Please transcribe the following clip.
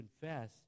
confess